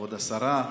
כבוד השרה,